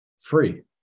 free